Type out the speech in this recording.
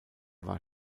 war